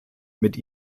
mit